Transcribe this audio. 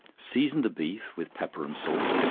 season the beef with pepper and salt,